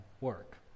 work